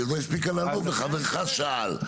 היא עוד לא הספיקה לענות וחברך שאל,